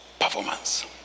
Performance